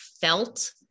felt